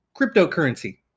Cryptocurrency